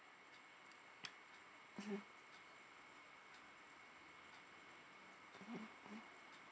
mmhmm mmhmm